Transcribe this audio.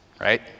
right